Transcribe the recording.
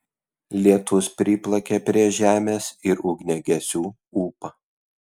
lietūs priplakė prie žemės ir ugniagesių ūpą